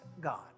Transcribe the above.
God